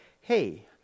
hey